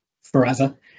forever